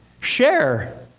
share